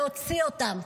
להוציא אותם,